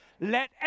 Let